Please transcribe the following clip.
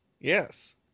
Yes